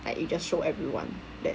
like you just show everyone that